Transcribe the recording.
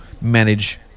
manage